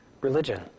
religion